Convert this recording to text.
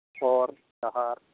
ᱦᱚᱨ ᱰᱟᱦᱟᱨ